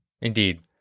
Indeed